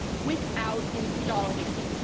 without installing it.